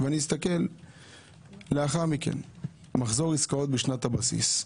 אני מסתכל לאחר מכן: מחזור עסקאות בשנת הבסיס,